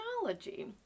technology